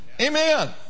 Amen